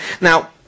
Now